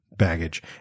baggage